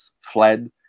fled